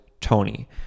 Tony